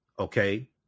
Okay